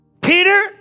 Peter